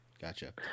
gotcha